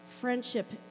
friendship